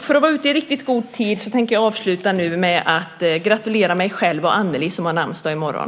För att vara ute i riktigt god tid tänker jag avsluta nu med att gratulera mig själv och Anneli som har namnsdag i morgon.